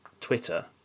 Twitter